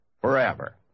forever